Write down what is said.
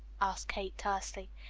asked kate tersely.